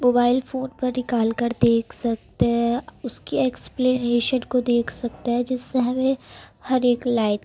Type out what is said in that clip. mobile phone پر نکال کر دیکھ سکتے ہیں اس کی ایکسپلینیشن کو دیکھ سکتے ہیں جس سے ہمیں ہر ایک لائن